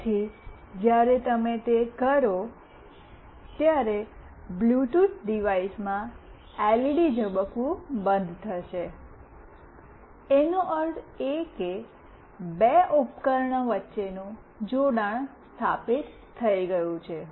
તેથી જ્યારે તમે તે કરો ત્યારે બ્લૂટૂથ ડિવાઇસમાં એલઇડી ઝબકવું બંધ કરશે એનો અર્થ એ કે બે ઉપકરણ વચ્ચેનું જોડાણ સ્થાપિત થઈ ગયું છે